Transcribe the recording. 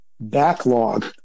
backlog